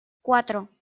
cuatro